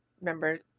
remember